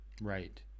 Right